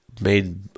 made